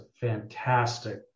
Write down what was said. fantastic